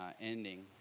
ending